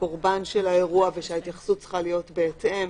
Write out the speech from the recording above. כקורבן של האירוע ושההתייחסות צריכה להיות בהתאם,